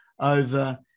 over